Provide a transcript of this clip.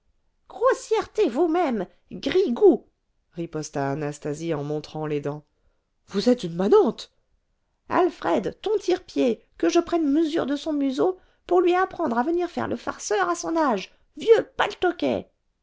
grossièreté grossièreté vous-même grigou riposta anastasie en montrant les dents vous êtes une manante alfred ton tire pied que je prenne mesure de son museau pour lui apprendre à venir faire le farceur à son âge vieux paltoquet